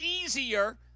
easier